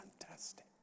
Fantastic